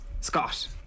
Scott